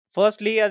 Firstly